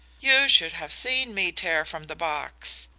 you should have seen me tear from the box!